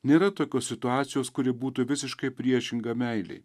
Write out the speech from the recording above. nėra tokios situacijos kuri būtų visiškai priešinga meilei